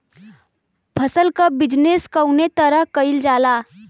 फसल क बिजनेस कउने तरह कईल जाला?